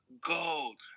Gold